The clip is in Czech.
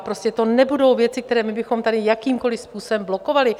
Prostě to nebudou věci, které bychom tady jakýmkoli způsobem blokovali.